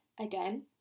again